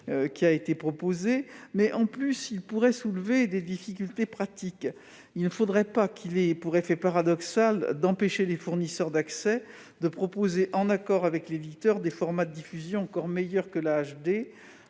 le périmètre du texte et il pourrait soulever des difficultés pratiques. Il ne faudrait pas qu'il ait pour effet paradoxal d'empêcher les fournisseurs d'accès de proposer, en accord avec les éditeurs, des formats de diffusion encore meilleurs que la HD-